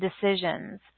decisions